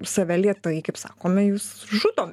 save lėtai kaip sakome jūs žudom